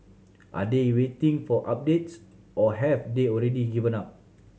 are they waiting for updates or have they already given up